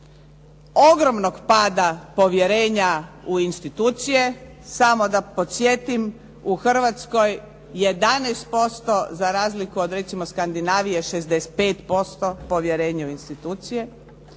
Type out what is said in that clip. ogromnog pada povjerenja u institucije. Samo da podsjetim, u Hrvatskoj 11% za razliku od recimo Skandinavije 65% povjerenje u institucije.